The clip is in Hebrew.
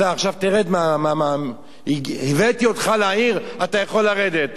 אתה עכשיו תרד, הבאתי אותך לעיר, אתה יכול לרדת.